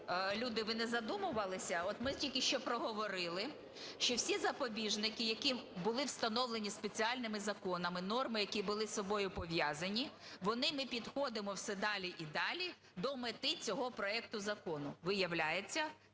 Люди, ви не задумувалися? От ми тільки що проговорили, що всі запобіжники, які були встановлені спеціальними законами, норми, які були із собою пов'язані вони, ми підходимо все далі і далі до мети цього проекту закону. Виявляється,